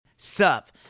Sup